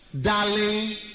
darling